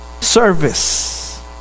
service